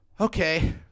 Okay